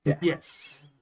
Yes